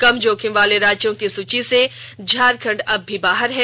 कम जोखिम वाले राज्यों की सूची से झारखंड अब भी बाहर है